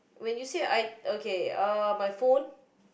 when you say I okay uh my phone